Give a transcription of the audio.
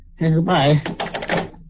Goodbye